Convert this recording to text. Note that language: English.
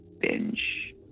binge